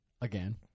Again